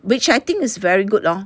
which I think is very good lor